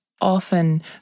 often